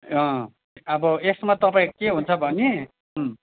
अँ अब यसमा तपाईँको के हुन्छ भने